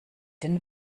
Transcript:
den